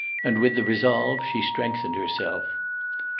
and with the resolve she strengthened herself.